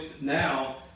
now